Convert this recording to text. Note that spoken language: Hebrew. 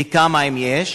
וכמה, אם יש.